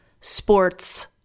sports